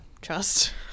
trust